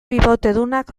bibotedunak